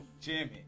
Jimmy